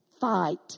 fight